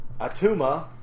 Atuma